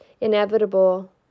inevitable